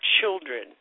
children